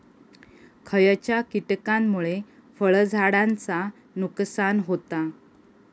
खयच्या किटकांमुळे फळझाडांचा नुकसान होता?